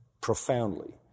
profoundly